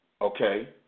okay